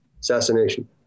assassination